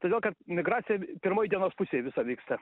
todėl kad migracija pirmoj dienos pusėj visa vyksta